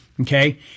Okay